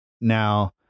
now